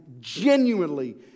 genuinely